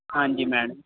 ਹਾਂਜੀ ਮੈਡਮ